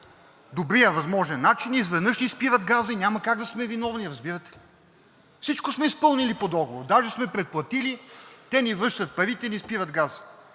най-добрия възможен начин, изведнъж ни спират газа и няма как да сме виновни. Разбирате ли? Всичко сме изпълнили по договор, даже сме предплатили, те ни връщат парите и ни спират газа.